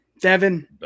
Devin